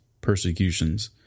persecutions